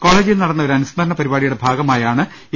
കോളേജിൽ നടന്ന ഒരു അനുസ്മരണ പരിപാടിയുടെ ഭാഗമായാണ് എ